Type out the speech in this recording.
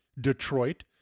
Detroit